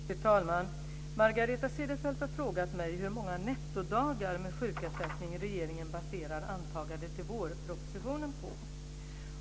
Fru talman! Margareta Cederfelt har frågat mig hur många nettodagar med sjukersättning regeringen baserar antagandet i vårpropositionen på.